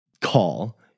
Call